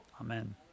Amen